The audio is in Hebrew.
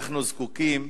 אנחנו זקוקים